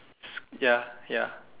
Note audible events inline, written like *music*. *noise* ya ya